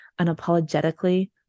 unapologetically